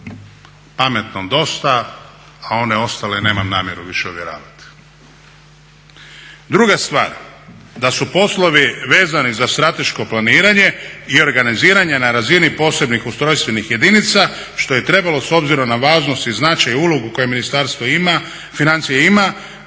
Pametnom dosta, a one ostale nemam namjeru više uvjeravati. Druga stvar, da su poslovi vezani za strateško planiranje i organiziranje na razini posebnih ustrojstvenih jedinica što je trebalo s obzirom na važnost i značaj i ulogu koje ministarstvo ima, financije ima